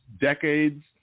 decades